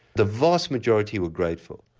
the vast majority were grateful.